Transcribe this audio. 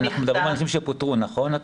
אנחנו מדברים על נשים שפוטרו, נכון?